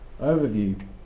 overview